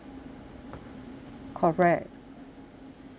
correct ya